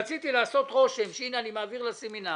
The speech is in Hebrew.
רציתי לעשות רושם שהנה אני מעביר לסמינרים,